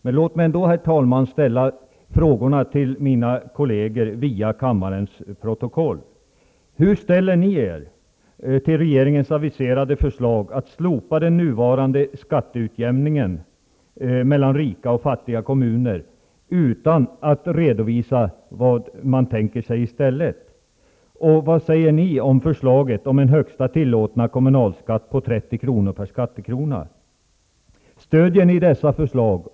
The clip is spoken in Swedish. Jag vill ändå via protokollet ställa några frågor till mina kolleger: Hur ställer ni er till regeringens aviserade förslag att slopa den nuvarande skatteutjämningen mellan rika och fattiga kommuner utan att man har redovisat vad man tänker sig i stället? Vad har ni att säga om förslaget om en högsta tillåtna kommunalskatt på 30 kr./skattekrona? Stödjer ni dessa förslag?